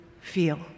feel